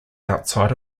outside